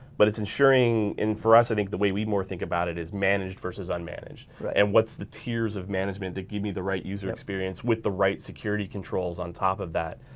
but it's ensuring, and for us i think the way we more think about it is managed verses unmanaged and what's the tiers of management that give me the right user experience with the right security controls on top of that,